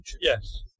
Yes